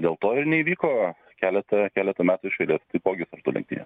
dėl to neįvyko keletą keletą metų šįkart taipogi tų lenktynių